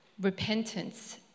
repentance